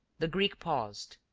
the greek paused,